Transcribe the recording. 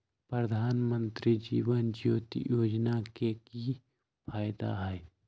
प्रधानमंत्री जीवन ज्योति योजना के की फायदा हई?